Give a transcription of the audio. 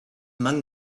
among